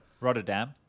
rotterdam